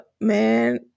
man